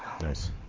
Nice